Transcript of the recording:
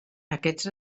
aquests